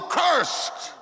cursed